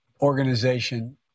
organization